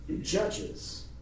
judges